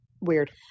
weird